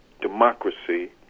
democracy